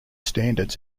standards